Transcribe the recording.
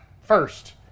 first